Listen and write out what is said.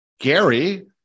Gary